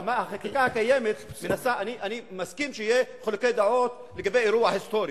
אני מסכים שיהיו חילוקי דעות לגבי אירוע היסטורי,